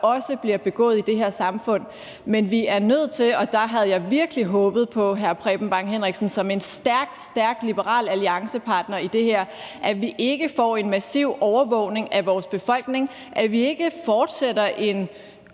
også bliver begået i det her samfund. Men vi er nødt til at sørge for – og der havde jeg virkelig håbet på hr. Preben Bang Henriksen som en stærk, stærk liberal alliancepartner i det her – at vi ikke får en massiv overvågning af vores befolkning, og at vi ikke fortsætter en